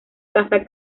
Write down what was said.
casa